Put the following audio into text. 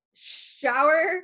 Shower